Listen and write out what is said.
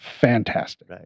fantastic